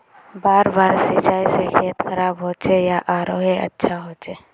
बार बार सिंचाई से खेत खराब होचे या आरोहो अच्छा होचए?